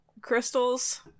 Crystals